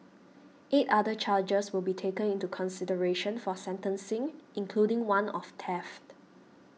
eight other charges will be taken into consideration for sentencing including one of theft